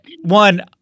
one